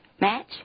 Match